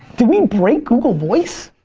did we break google voice?